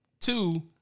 Two